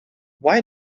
why